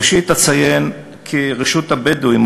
ראשית אציין כי רשות הבדואים,